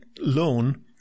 loan